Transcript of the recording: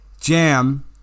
jam